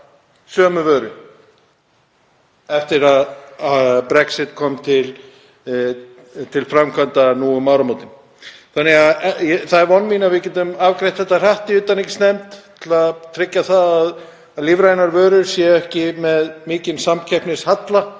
sömu vöru vottaða eftir að Brexit kom til framkvæmda nú um áramótin. Þannig að það er von mín að við getum afgreitt þetta hratt í utanríkismálanefnd til að tryggja að lífrænar vörur séu ekki með mikinn samkeppnishalla